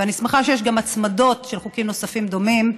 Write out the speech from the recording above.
ואני שמחה שיש גם הצמדות של חוקים נוספים דומים.